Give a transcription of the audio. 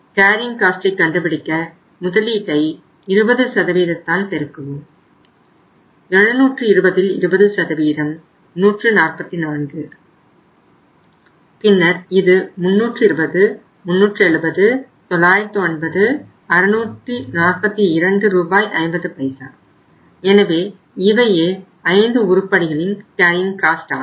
carrying காஸ்ட்டை ஆகும்